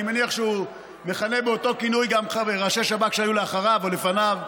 אני מניח שהוא מכנה באותו כינוי גם ראשי שב"כ שהיו אחריו או לפניו,